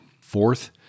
Fourth